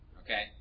Okay